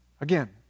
Again